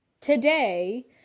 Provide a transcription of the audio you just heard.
today